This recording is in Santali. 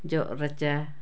ᱡᱚᱜᱼᱨᱟᱪᱟ